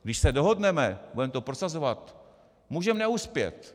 Když se dohodneme, budeme to prosazovat, můžeme neuspět.